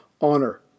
honor